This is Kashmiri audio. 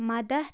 مدتھ